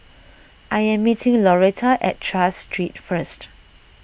I am meeting Lauretta at Tras Street first